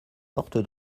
porte